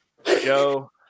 Joe